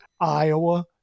Iowa